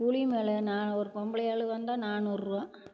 கூலியும் மேலே நா ஒரு பொம்பளையாள் வந்தால் நானூறுரூவா